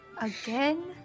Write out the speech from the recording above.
again